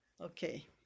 Okay